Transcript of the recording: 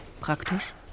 Praktisch